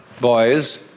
boys